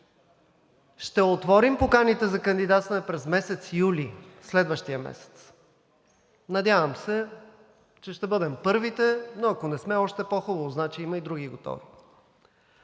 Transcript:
Ще отворим поканите за кандидатстване през месец юли, следващия месец. Надявам се, че ще бъдем първите, но ако не сме, още по-хубаво – значи има и други готови.